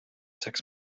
six